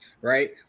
right